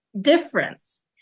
difference